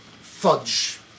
fudge